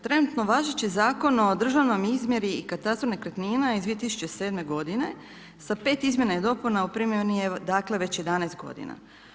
Trenutno važeći Zakon o državnoj izmjeri i katastru nekretnina iz 2007. g., sa 5 izmjena i dopuna u primjeni je dakle već 11 god.